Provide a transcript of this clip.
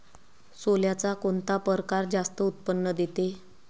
सोल्याचा कोनता परकार जास्त उत्पन्न देते?